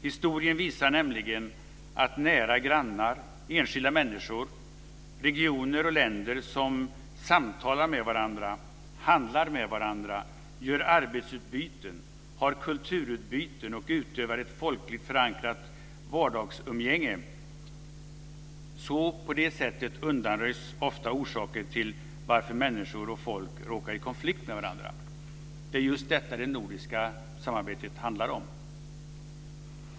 Historien visar nämligen att det är genom att nära grannar och enskilda människor samt regioner och länder samtalar med varandra, handlar med varandra, gör arbetsutbyten, har kulturutbyten och utövar ett folkligt förankrat vardagsumgänge som orsaker till att människor och folk råkar i konflikt med varandra undanröjs. Det är just detta som det nordiska samarbetet handlar om.